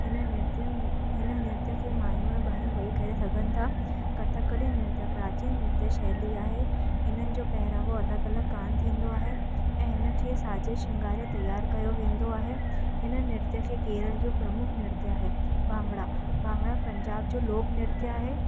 हिन नृत्य हिन नृत्य खे माइयूं ऐं भाइयूं ॿई करे सघनि था कथकली नृत्य प्राचीन नृत्य शैली आहे इन्हनि जो पहरावो अलॻि अलॻि कोन थींदो आहे ऐं इन खे साजे शृंगारे तयारु कयो वेंदो आहे हिन नृत्य खे केरल जो प्रमुख नृत्य आहे भांगड़ा भांगड़ा पंजाब जो लोक नृत्य आहे